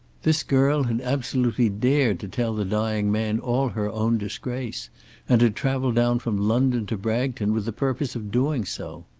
this girl had absolutely dared to tell the dying man all her own disgrace and had travelled down from london to bragton with the purpose of doing so!